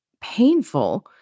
painful